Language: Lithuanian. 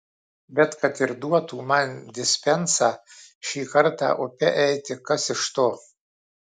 bet kad ir duotų man dispensą šį kartą upe eiti kas iš to